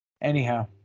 Anyhow